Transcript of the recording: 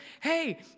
hey